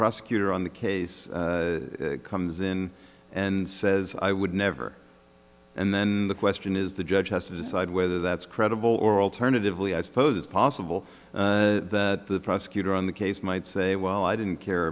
prosecutor on the case comes in and says i would never and then the question is the judge has to decide whether that's credible or alternatively i suppose it's possible the prosecutor on the case might say well i didn't care